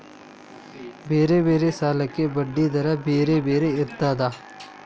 ಬೇರೆ ಬೇರೆ ಸಾಲಕ್ಕ ಬಡ್ಡಿ ದರಾ ಬೇರೆ ಬೇರೆ ಇರ್ತದಾ?